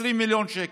20 מיליון שקלים.